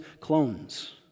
clones